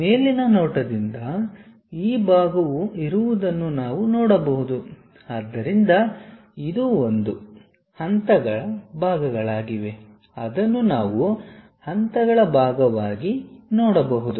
ಮೇಲಿನ ನೋಟದಿಂದ ಈ ಭಾಗವು ಇರುವುದನ್ನು ನಾವು ನೋಡಬಹುದು ಆದ್ದರಿಂದ ಇದು ಒಂದು ಹಂತಗಳ ಭಾಗಗಳಾಗಿವೆ ಅದನ್ನು ನಾವು ಹಂತಗಳ ಭಾಗವಾಗಿ ನೋಡಬಹುದು